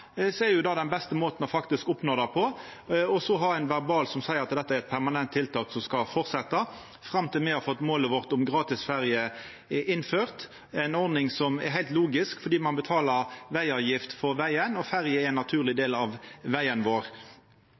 er det faktisk den beste måten å oppnå det på, og så ha eit verbalvedtak som seier at dette er eit permanent tiltak, som skal fortsetja fram til me har fått innført målet vårt om gratis ferje– ei ordning som er heilt logisk fordi ein betaler vegavgift for vegar, og ferjerutene er ein naturleg del av vegen vår.